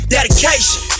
Dedication